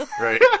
Right